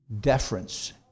deference